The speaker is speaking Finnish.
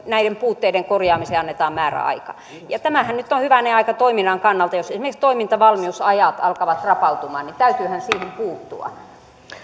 näiden puutteiden korjaamiseen annetaan määräaika tämähän on nyt hyvänen aika toiminnan kannalta niin että jos esimerkiksi toimintavalmiusajat alkavat rapautumaan niin täytyyhän siihen puuttua